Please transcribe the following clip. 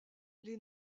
les